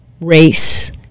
Race